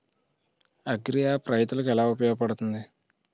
Agri app రైతులకి ఏలా ఉపయోగ పడుతుంది?